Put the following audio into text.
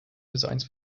designs